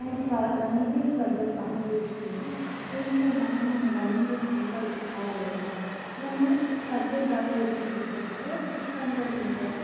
ನಾನು ಸ್ಪ running race ಸ್ಪರ್ಧೆಲಿ ಭಾಗವಹಿಸ್ತಿನಿ ಏನಕ್ಕೆ ಅಂತಂದರೆ ನಂಗೆ ರನ್ನಿಂಗ್ ರೇಸ್ ತುಂಬ ಇಷ್ಟ ಆಗಿರುತ್ತೆ ನಾನು ಸ್ಪರ್ಧೆಲಿ ಬಾಗವಹಿಸಿದ್ದು ಅಂತಂದರೆ ಸಿಕ್ಸ್ ಹಂಡ್ರೆಡ್ ಮೀಟರು